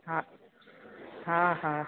हा हा हा